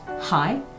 hi